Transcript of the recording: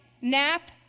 Nap